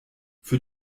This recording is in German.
für